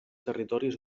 territoris